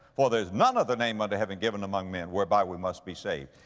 for there's none other name under heaven given among men whereby we must be saved.